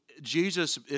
Jesus